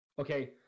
Okay